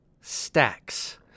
Stacks